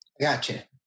Gotcha